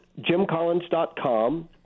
jimcollins.com